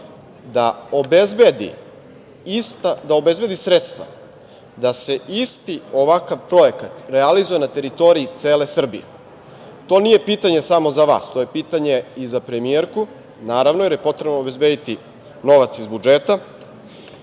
da obezbedi sredstva da se isti ovakav projekat realizuje na teritoriji cele Srbije? To nije pitanje samo za vas, to je pitanje i za premijerku, naravno, jer je potrebno obezbediti novac iz budžeta. Znam